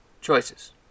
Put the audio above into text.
Choices